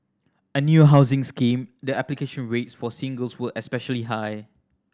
a new housing scheme the application rates for singles were especially high